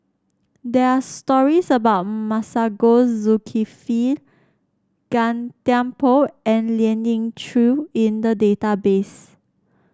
there are stories about Masagos Zulkifli Gan Thiam Poh and Lien Ying Chow in the database